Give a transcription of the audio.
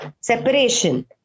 separation